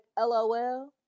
LOL